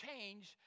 change